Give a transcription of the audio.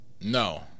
No